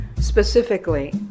specifically